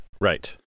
right